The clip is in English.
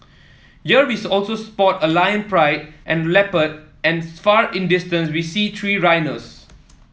here we also spot a lion pride and a leopard and far in the distance we see three rhinos